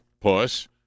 puss